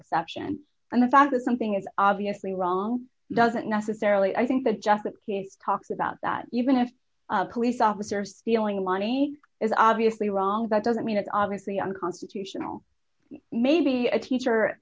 exception and the fact that something is obviously wrong doesn't necessarily i think that jeff that he's talked about that even if a police officer stealing money is obviously wrong that doesn't mean it's obviously unconstitutional maybe a teacher